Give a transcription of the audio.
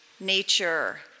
nature